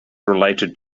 related